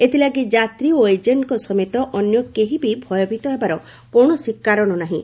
ଏଥିଲାଗି ଯାତ୍ରୀ ଓ ଏଜେଷ୍ଟଙ୍କ ସମେତ ଅନ୍ୟ କେହି ବି ଭୟଭୀତ ହେବାର କୌଣସି କାରଣ ନାହିଁ